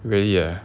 really ah